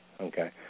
Okay